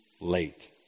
late